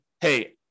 hey